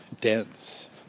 dense